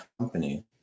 company